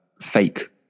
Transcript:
fake